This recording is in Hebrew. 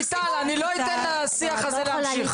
רויטל, אני לא אתן לשיח הזה להמשיך.